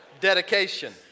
dedication